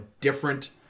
different